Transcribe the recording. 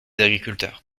agriculteurs